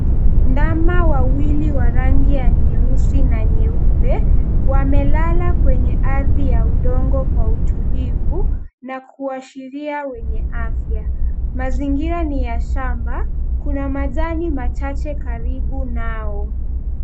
Ndama wawili wa rangi ya nyeusi na nyeupe, wamelala kwenye ardhi ya udongo kwa utulivu na kuashiria wenye afya. Mazingira ni ya shamba kuna majani machache karibu nao.